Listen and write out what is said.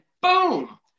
boom